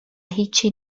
هیچی